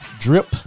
Drip